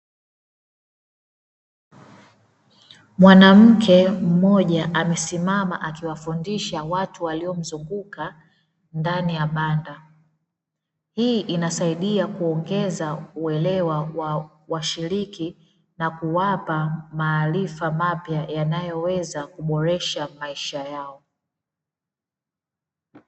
Mwanamke mmoja amesimama akiwafundisha watu waliomzunguka ndani ya banda. Hii inasaidia kuongeza uelewa wa washiriki na kuwapa maarifa mapya yanayoweza kuboresha maisha yao.